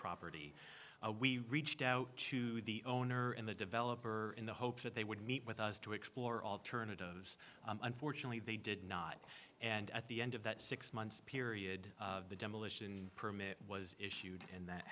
property we reached out to the owner in the developer in the hope that they would meet with us to explore alternatives unfortunately they did not and at the end of that six month period the demolition permit was issued and that